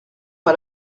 pas